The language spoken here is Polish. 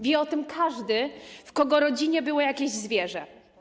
Wie o tym każdy, w kogo rodzinie było jakieś zwierzę.